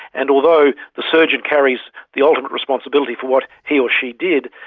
and although the surgeon carries the ultimate responsibility for what he or she did,